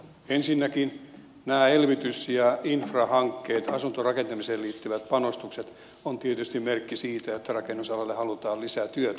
ensinnäkin nämä elvytys ja infrahankkeet asuntorakentamiseen liittyvät panostukset ovat tietysti merkki siitä että rakennusalalle halutaan lisää työtä